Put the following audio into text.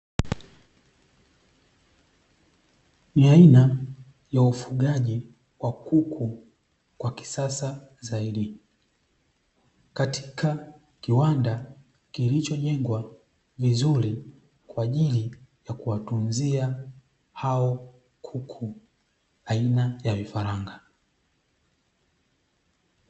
Ni aina ya ufugaji wa kuku kwa kisasa zaidi katika kiwanda kilichojengwa vizuri kwaajili ya kuwatunzia hao kuku aina ya vifaranga.